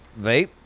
vape